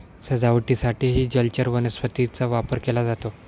सजावटीसाठीही जलचर वनस्पतींचा वापर केला जातो